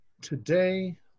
Today